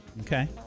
Okay